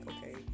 okay